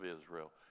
Israel